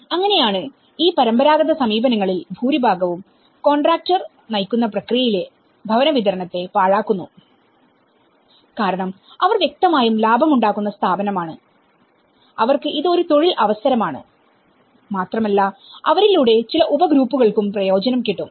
അങ്ങനെയാണ് ഈ പരമ്പരാഗത സമീപനങ്ങളിൽ ഭൂരിഭാഗവും കോൺട്രാക്ടർ നയിക്കുന്ന പ്രക്രിയയിൽ ഭവന വിതരണത്തെ പാഴാക്കുന്നു കാരണം അവർ വ്യക്തമായും ലാഭമുണ്ടാക്കുന്ന സ്ഥാപനമാണ് അവർക്ക് ഇത് ഒരു തൊഴിൽ അവസരമാണ് മാത്രമല്ല അവരിലൂടെ ചില ഉപഗ്രൂപ്പുകൾക്കും പ്രയോജനം കിട്ടും